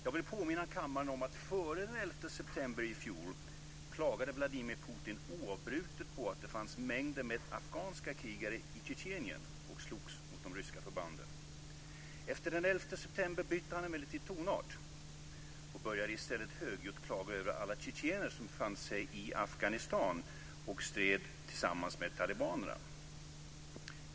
Jag vill påminna kammaren om att Vladimir Putin före den 11 september i fjol oavbrutet klagade på att det fanns mängder med afghanska krigare i Tjetjenien som slogs mot de ryska förbanden. Efter den 11 september bytte han emellertid tonart och började i stället högljutt klaga över alla tjetjener som befann sig i Afghanistan och stred tillsammans med talibanerna.